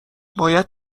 باید